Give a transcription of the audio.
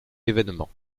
événement